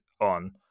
on